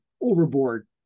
overboard